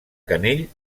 canell